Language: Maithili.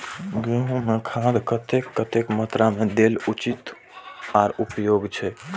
गेंहू में खाद कतेक कतेक मात्रा में देल उचित आर उपयोगी छै?